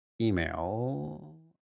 Email